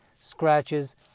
scratches